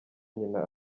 nyina